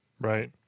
Right